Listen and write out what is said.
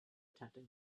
tempting